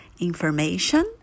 information